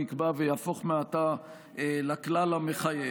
נקבע ויהפוך מעתה לכלל המחייב.